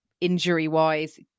injury-wise